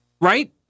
Right